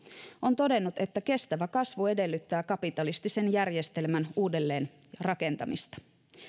on todennut että kestävä kasvu edellyttää kapitalistisen järjestelmän uudelleen rakentamista